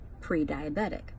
pre-diabetic